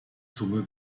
zunge